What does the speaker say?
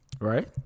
Right